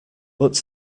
but